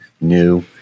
new